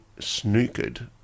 snookered